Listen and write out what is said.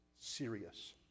serious